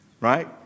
Right